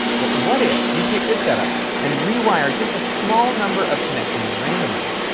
but what if you take this set up and rewire just a small number of connections randomly.